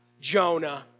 Jonah